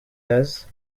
does